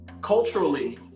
culturally